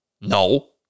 No